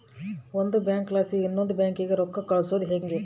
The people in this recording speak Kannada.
ಒಂದು ಬ್ಯಾಂಕ್ಲಾಸಿ ಇನವಂದ್ ಬ್ಯಾಂಕಿಗೆ ರೊಕ್ಕ ಕಳ್ಸೋದು ಯಂಗೆ